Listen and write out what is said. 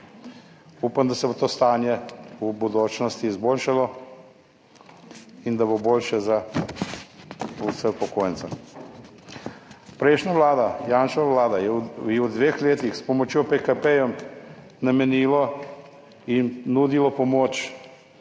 Upam, da se bo to stanje v bodočnosti izboljšalo in da bo boljše za vse upokojence. Prejšnja Vlada, Janševa vlada je v dveh letih s pomočjo PKP-jev namenila in nudila pomoč